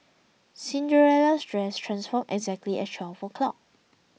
Cinderella's dress transformed exactly at twelve o'clock